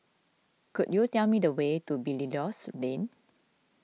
could you tell me the way to Belilios Lane